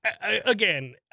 Again